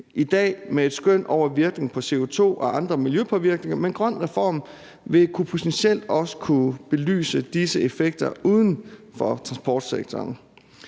i dag med et skøn over virkningen på CO2 og andre miljøpåvirkninger, men GrønREFORM vil potentielt også kunne belyse disse effekter uden for transportsektoren.